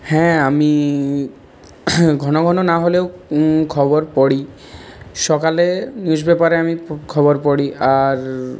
হ্যাঁ আমি ঘন ঘন না হলেও খবর পড়ি সকালে নিউজ পেপারে আমি খবর পড়ি আর